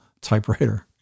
typewriter